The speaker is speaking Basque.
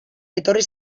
etorri